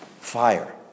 fire